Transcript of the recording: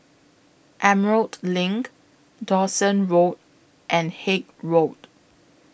Emerald LINK Dawson Road and Haig Road